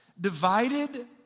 divided